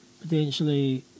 potentially